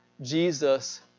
Jesus